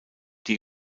die